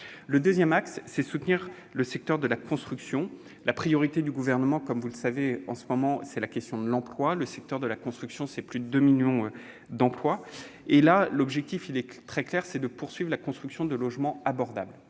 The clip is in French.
Le deuxième axe, c'est de soutenir le secteur de la construction. La priorité du Gouvernement en ce moment, comme vous le savez, c'est la question de l'emploi. Or le secteur de la construction, c'est plus de 2 millions d'emplois. L'objectif est clair : il faut poursuivre la construction de logements abordables.